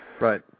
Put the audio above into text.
Right